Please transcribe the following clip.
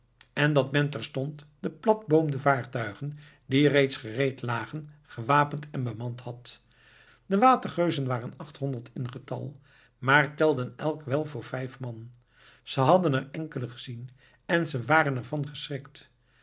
en dat men terstond de platboomde vaartuigen die reeds gereed lagen gewapend en bemand had de watergeuzen waren achthonderd in getal maar telden elk wel voor vijf man ze hadden er enkelen gezien en ze waren er van geschrikt